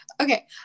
okay